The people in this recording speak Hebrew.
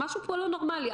משהו פה לא נורמלי.